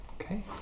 Okay